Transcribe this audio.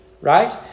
right